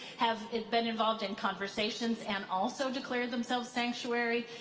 have been involved in conversations and also declared themselves sanctuary.